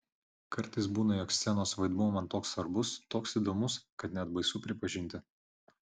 kartais būna jog scenos vaidmuo man toks svarbus toks įdomus kad net baisu pripažinti